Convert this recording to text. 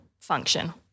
function